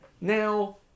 now